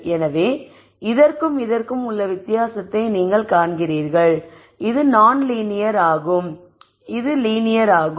எனவே இதற்கும் இதற்கும் உள்ள வித்தியாசத்தை நீங்கள் காண்கிறீர்கள் இது நான் லீனியர் ஆகும் இது லீனியர் ஆகும்